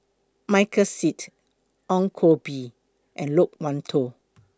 Michael Seet Ong Koh Bee and Loke Wan Tho